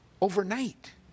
overnight